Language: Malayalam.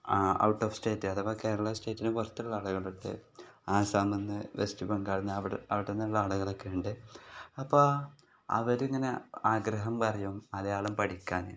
ഔട്ട് ഓഫ് സ്റ്റേറ്റ് അഥവാ കേരള സ്റ്റേറ്റിന് പുറത്തുള്ള ആളുകളൊക്കെ ആസാമിന്ന് വെസ്റ്റ് ബംഗാളിൽ നിന്ന് അവിടെ അവിടെ നിന്നുള്ള ആളുകളൊക്കെ ഉണ്ട് അപ്പം അവർ ഇങ്ങനെ ആഗ്രഹം പറയും മലയാളം പഠിക്കാൻ